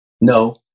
No